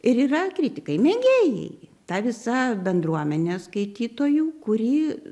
ir yra kritikai mėgėjai ta visa bendruomenė skaitytojų kurį